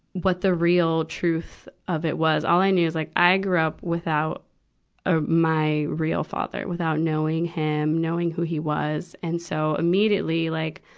what the real truth of it was. all i knew was that like i grew up without a, my real father, without knowing him, knowing who he was. and so, immediately like,